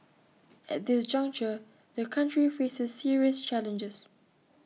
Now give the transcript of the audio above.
at this juncture the country faces serious challenges